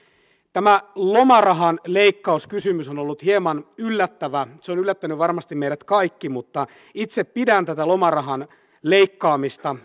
tämä lomarahan leikkauskysymys on ollut hieman yllättävä se on yllättänyt varmasti meidät kaikki mutta itse pidän tätä lomarahan leikkaamista